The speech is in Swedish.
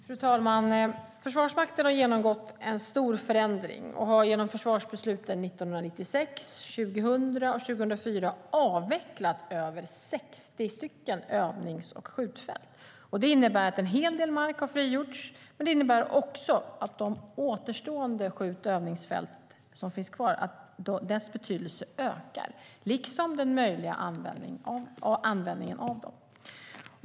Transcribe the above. Fru talman! Försvarsmakten har genomgått en stor förändring och har genom försvarsbesluten 1996, 2000 och 2004 avvecklat över 60 övnings och skjutfält. Det innebär att en hel del mark har frigjorts, men det innebär också att betydelsen av de återstående skjutövningsfält som finns kvar ökar, liksom den möjliga användningen av dem.